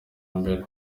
mbere